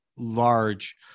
large